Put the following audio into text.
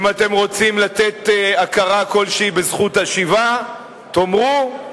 אם אתם רוצים לתת הכרה כלשהי בזכות השיבה, תאמרו,